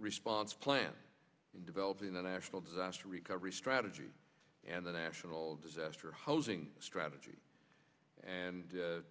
response plan in developing the national disaster recovery strategy and the national disaster housing strategy and